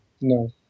No